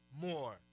more